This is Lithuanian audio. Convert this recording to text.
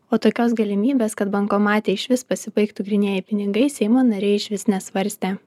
o tokios galimybės kad bankomate išvis pasibaigtų grynieji pinigai seimo nariai išvis nesvarstė